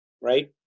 right